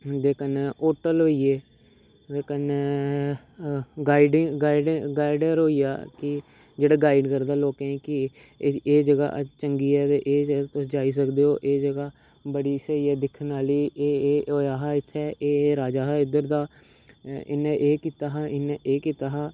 इं'दे कन्नै होटल होई गे ते कन्नै गाइड गाइड गाइडर होई गेआ कि जेह्ड़ा गाइड करदा लोकें गी कि एह् जगह् चंगी ऐ ते एह् जगह् तुस जाई सकदे ओ एह् जगह् बड़ी स्हेई ऐ दिक्खने आह्ली एह् एह् होएआ हा इत्थें एह् एह् राजा हा इद्धर दा इ'न्नै एह् कीता हा इन्नै एह् कीता हा